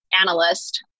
analyst